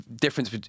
difference